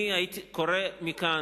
הייתי קורא מכאן,